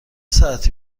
ساعتی